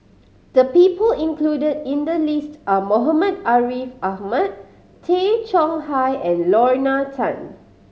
the people included in the list are Muhammad Ariff Ahmad Tay Chong Hai and Lorna Tan